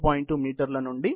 2 మీటర్ల నుండి 1